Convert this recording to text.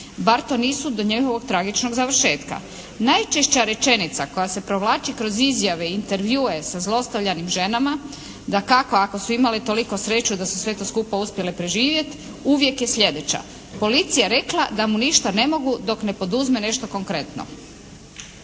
bar to nisu do njihovog tragičnog završetka. Najčešća rečenica koja se provlači kroz izjave, intervjue sa zlostavljanim ženama dakako ako su imale toliku sreću da su sve to skupa uspjele preživjeti uvijek je sljedeća: "Policija je rekla da mu ništa ne mogu dok ne poduzme nešto konkretno.".